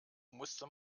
musste